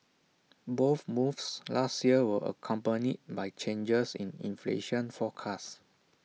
both moves last year were accompanied by changes in inflation forecast